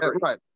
Right